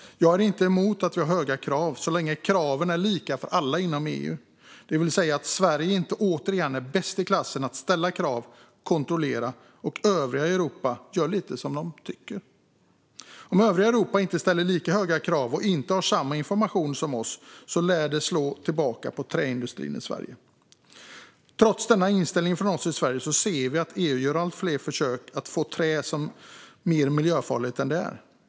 Jag har inget emot höga krav så länge kraven är lika för alla inom EU, det vill säga att Sverige inte återigen är bäst i klassen på att ställa krav och kontrollera medan övriga Europa gör lite som de tycker. Om övriga Europa inte ställer lika höga krav och inte har samma information som vi lär det slå tillbaka på träindustrin i Sverige. Trots denna inställning från oss i Sverige ser vi att EU gör allt fler försök att få trä som mer miljöfarligt än det är.